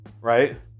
right